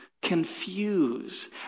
confuse